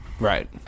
right